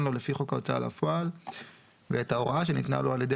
לו לפי חוק ההוצאה לפועל ואת ההוראה שניתנה לו על ידי